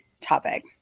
topic